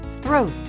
throat